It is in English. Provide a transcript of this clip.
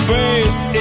Face